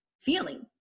feeling